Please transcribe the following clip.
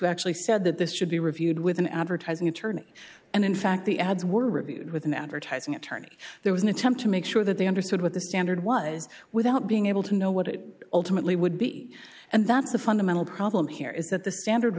actually said that this should be reviewed with an advertising attorney and in fact the ads were reviewed with an advertising attorney there was an attempt to make sure that they understood what the standard was without being able to know what it ultimately would be and that's the fundamental problem here is that the standard w